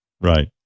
Right